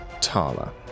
Tala